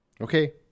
Okay